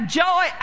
joy